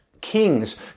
kings